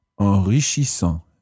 enrichissant